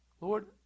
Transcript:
Lord